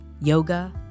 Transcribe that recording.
yoga